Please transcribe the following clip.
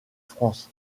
france